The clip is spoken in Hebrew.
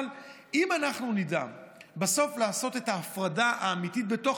אבל אם אנחנו נדע בסוף לעשות את ההפרדה האמיתית בתוך